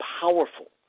powerful